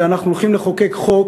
כי אנחנו הולכים לחוקק חוק